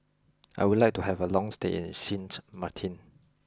I would like to have a long stay in Sint Maarten